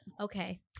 Okay